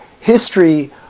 history